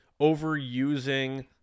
overusing